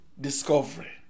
discovery